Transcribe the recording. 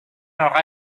n’aura